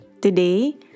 Today